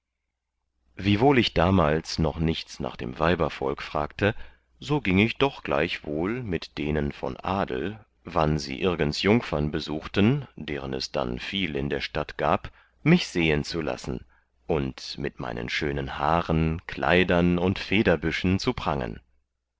wiewohl ich damals noch nichts nach dem weibervolk fragte so gieng ich doch gleichwohl mit denen von adel wann sie irgends jungfern besuchten deren es dann viel in der stadt gab mich sehen zu lassen und mit meinen schönen haaren kleidern und federbüschen zu prangen